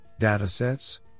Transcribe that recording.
datasets